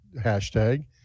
hashtag